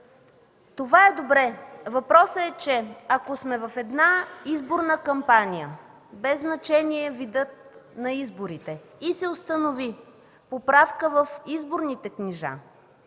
Това е добре. Въпросът е, че ако сме в една изборна кампания, без значение видът на изборите и се установи поправка в изборните книжа,